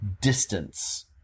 distance